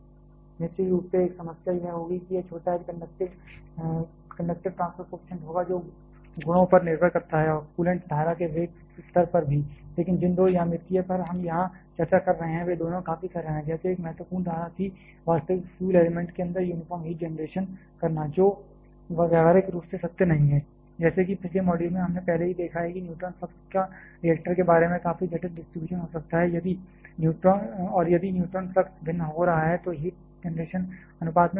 निश्चित रूप से एक समस्या यह होगी कि यह छोटा h कंडक्टिव ट्रांसफर कोएफिशिएंट होगा जो गुणों पर निर्भर करता है और कूलेंट धारा के वेग स्तर पर भी लेकिन जिन दो ज्यामिति पर हम यहां चर्चा कर रहे हैं वे दोनों काफी सरल हैं जैसे एक महत्वपूर्ण धारणा थी वास्तविक फ्यूल एलिमेंट के अंदर यूनिफॉर्म हीट जेनरेशन करना जो व्यावहारिक रूप से सत्य नहीं है जैसे कि पिछले मॉड्यूल में हमने पहले ही देखा है कि न्यूट्रॉन फ्लक्स का रिएक्टर के बारे में काफी जटिल डिस्ट्रीब्यूशन हो सकता है और यदि न्यूट्रॉन फ्लक्स भिन्न हो रहा है तो हीट जनरेशन अनुपात में भिन्न होना है